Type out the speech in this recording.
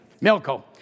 Milko